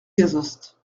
gazost